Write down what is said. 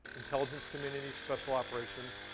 intelligence community, special operations,